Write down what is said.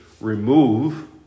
Remove